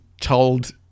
told